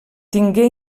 tingué